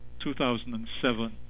2007